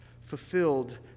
fulfilled